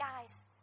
Guys